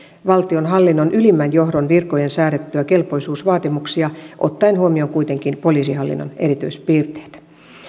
valtionhallinnon ylimmän johdon virkojen säädettyjä kelpoisuusvaatimuksia ottaen huomioon kuitenkin poliisihallinnon erityispiirteet